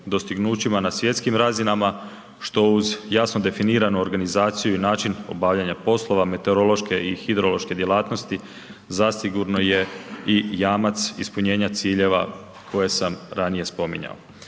na svjetskim razinama, što uz jasno definiranu organizaciju i način obavljanja poslova meteorološke i hidrološke djelatnosti zasigurno je i jamac ispunjenja ciljeva koje sam ranije spominjao.